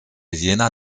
jener